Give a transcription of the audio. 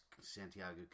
Santiago